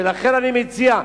ולכן אני מציע,